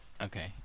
Okay